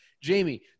Jamie